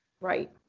Right